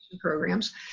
Programs